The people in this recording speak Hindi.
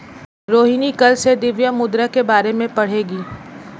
रोहिणी कल से द्रव्य मुद्रा के बारे में पढ़ेगी